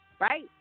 right